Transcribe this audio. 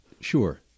Sure